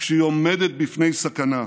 כשהיא עומדת בפני סכנה.